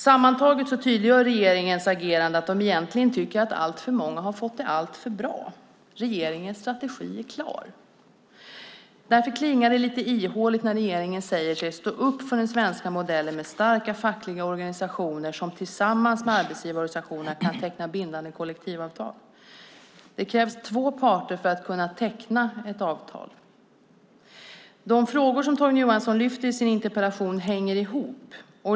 Sammantaget tydliggör regeringens agerande att man egentligen tycker att alltför många har fått det alltför bra. Regeringens strategi är klar. Därför klingar det ihåligt när regeringen säger sig stå upp för den svenska modellen med starka fackliga organisationer som tillsammans med arbetsgivarorganisationerna kan teckna bindande kollektivavtal. Det krävs två parter för att kunna teckna ett avtal. De frågor som Torgny Johansson lyfter fram i sin interpellation hänger ihop.